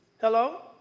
Hello